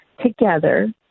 together